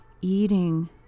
eating